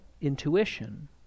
intuition